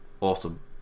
awesome